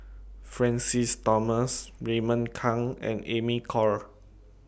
Francis Thomas Raymond Kang and Amy Khor